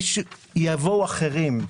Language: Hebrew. יבואו אחרים.